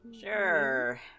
Sure